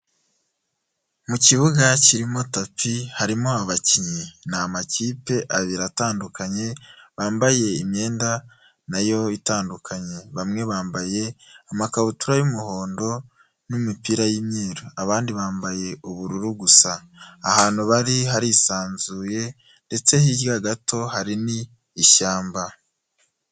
Mu kibuga kirimo tapi harimo abakinnyi n'amakipe abiri atandukanye bambaye imyenda nayo itandukanye, bamwe bambaye amakabutura y'umuhondo n'imipira y'imyeru abandi bambaye ubururu gusa, ahantu bari harisanzuye ndetse hirya gato hari n'ishyamba.